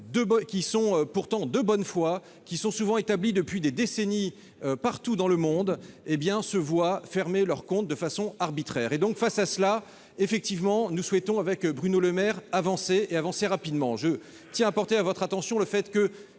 qui sont pourtant de bonne foi, souvent établis depuis des décennies partout dans le monde, se voient fermer leur compte de façon arbitraire. Face à une telle situation, nous souhaitons, avec Bruno Le Maire, avancer rapidement. Je tiens à attirer votre attention sur le fait que,